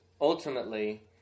ultimately